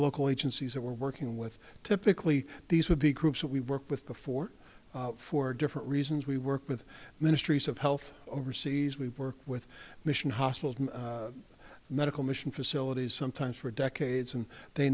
local agencies that we're working with typically these would be groups that we work with before for different reasons we work with ministries of health overseas we work with mission hospital medical mission facilities sometimes for decades and they